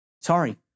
Sorry